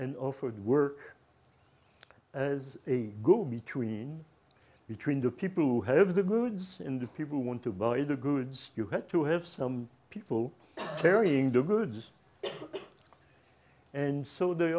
and offered work as a good between between the people who have the goods in the people want to buy the goods you had to have some people carrying the goods and so they